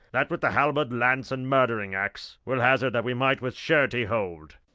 that with the halberd, lance, and murdering axe, will hazard that we might with surety hold.